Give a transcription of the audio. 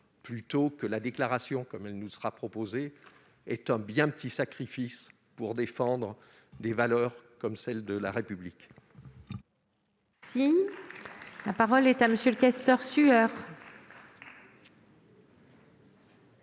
système de déclaration qu'on nous propose, est un bien petit sacrifice pour défendre des valeurs comme celles de la République.